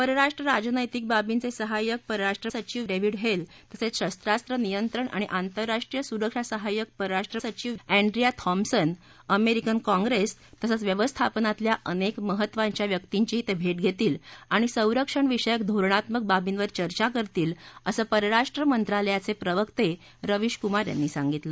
परराष्ट्र राजनत्तिक बाबींचे सहायक परराष्ट्र सचिव डेविड हेल तसंच शस्वांस्व नियंत्रण आणि आंतरराष्ट्रीय सुरक्षा सहायक परराष्ट्र सचित एन्ड्र्या थॉम्प्सन अमेरिकन कॉंग्रेस तसंच व्यवस्थापनातल्या अनेक महत्वांच्या व्यक्तींची ते भेट घेतील आणि संरक्षणविषयक धोरणात्मक बाबींवर चर्चा करतील असं परराष्ट्र मंत्रालयाचे प्रवक्ते रवीशकुमार यांनी सांगितलं